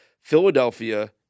Philadelphia